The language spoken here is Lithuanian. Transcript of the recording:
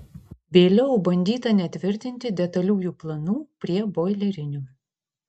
vėliau bandyta netvirtinti detaliųjų planų prie boilerinių